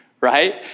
right